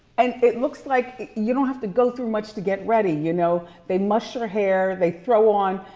and it looks like you don't have to go through much to get ready, you know? they mush your hair, they throw on,